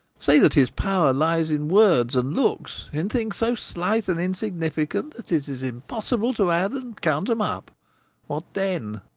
say that his power lies in words and looks in things so slight and insignificant that it is impossible to add and count em up what then?